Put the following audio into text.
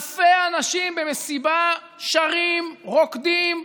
אלפי אנשים במסיבה שרים, רוקדים.